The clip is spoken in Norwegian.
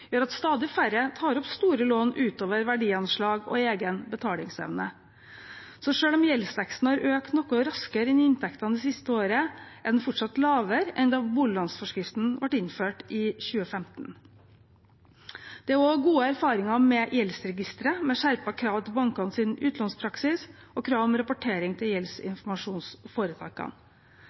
gjør at stadig færre tar opp store lån utover verdianslag og egen betalingsevne. Så selv om gjeldsveksten har økt noe raskere enn inntektene det siste året, er den fortsatt lavere enn da boliglånsforskriften ble innført i 2015. Det er også gode erfaringer med gjeldsregisteret, med skjerpede krav til bankenes utlånspraksis og krav om rapportering til